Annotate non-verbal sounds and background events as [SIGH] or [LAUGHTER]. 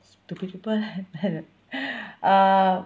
stupid people [LAUGHS] uh